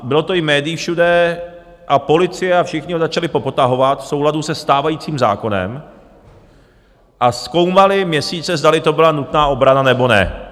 Bylo to i v médiích všude a policie a všichni ho začali popotahovat v souladu se stávajícím zákonem a zkoumali měsíce, zdali to byla nutná obrana, nebo ne.